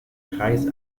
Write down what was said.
kreis